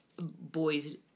boys